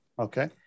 Okay